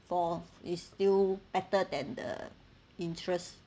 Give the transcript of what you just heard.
for is still better than the interest